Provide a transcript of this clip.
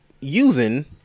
using